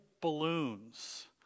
balloons